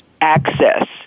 access